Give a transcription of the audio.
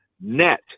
net